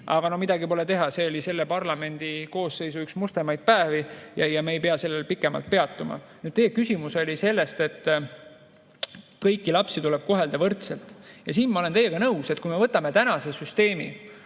Aga no midagi pole teha, see oli üks selle parlamendikoosseisu mustemaid päevi ja me ei pea sellel pikemalt peatuma. Nüüd, teie küsimus [lähtus] sellest, et kõiki lapsi tuleb kohelda võrdselt. Ja ma olen teiega nõus, et kui me võtame tänase süsteemi,